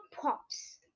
Pops